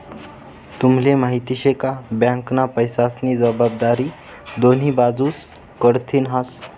तुम्हले माहिती शे का? बँकना पैसास्नी जबाबदारी दोन्ही बाजूस कडथीन हास